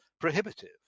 prohibitive